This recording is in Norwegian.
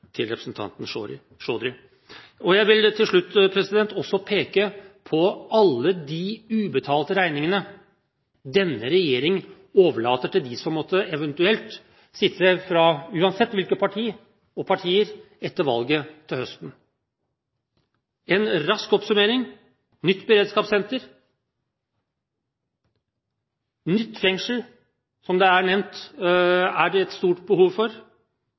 til representanten Chaudhry. Til slutt vil jeg også peke på alle de ubetalte regningene denne regjering overlater til dem som evt. måtte sitte – uansett fra hvilket parti og partier – etter valget til høsten. En rask oppsummering: nytt beredskapssenter, nytt fengsel, som det er nevnt er et stort behov for,